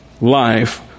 life